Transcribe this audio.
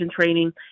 training